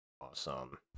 Awesome